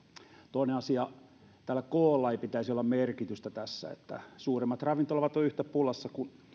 toinen asia koolla ei pitäisi olla merkitystä tässä suuremmat ravintolat ovat yhtä pulassa kuin